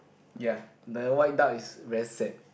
ya the white duck is very sad